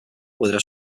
pueda